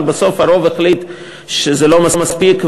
אבל בסוף הרוב החליט שזה לא מספיק,